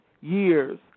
years